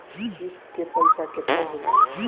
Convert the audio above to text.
किस्त के पईसा केतना होई?